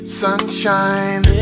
sunshine